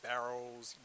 Barrels